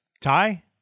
tie